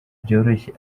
byoroshye